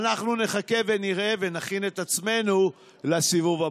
אנחנו נחכה ונראה ונכין את עצמנו לסיבוב הבא.